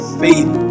faith